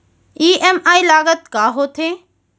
EMI लागत का होथे?